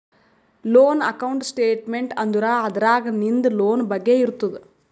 loan account statement ಅಂದುರ್ ಅದ್ರಾಗ್ ನಿಂದ್ ಲೋನ್ ಬಗ್ಗೆ ಇರ್ತುದ್